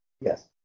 Yes